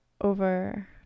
over